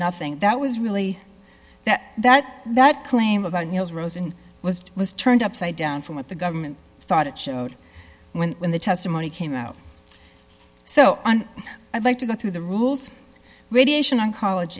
nothing that was really that that claim about neil rosen was was turned upside down from what the government thought it showed when in the testimony came out so i'd like to go through the rules radiation oncol